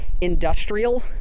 industrial